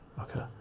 okay